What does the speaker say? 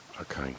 okay